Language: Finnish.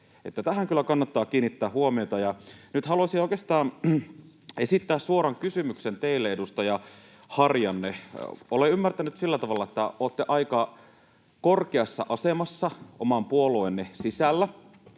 tähän kyllä kannattaa kiinnittää huomiota. Nyt haluaisin oikeastaan esittää suoran kysymyksen teille, edustaja Harjanne. Olen ymmärtänyt sillä tavalla, että olette aika korkeassa asemassa oman puolueenne sisällä